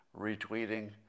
retweeting